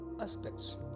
aspects